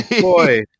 Boy